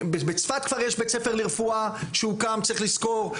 בצפת כבר יש בית ספר לרפואה שהוקם צריך לזכור,